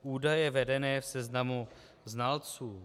Údaje vedené v seznamu znalců.